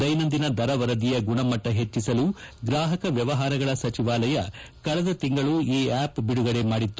ದ್ಯೆನಂದಿನ ದರ ವರದಿಯ ಗುಣಮಟ್ಟ ಹೆಚ್ಚಿಸಲು ಗ್ರಾಹಕ ವ್ಯವಹಾರಗಳ ಸಚಿವಾಲಯ ಕಳೆದ ತಿಂಗಳು ಈ ಆ್ಲಪ್ ಬಿಡುಗಡೆ ಮಾಡಿತ್ತು